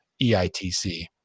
EITC